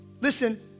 listen